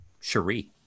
Cherie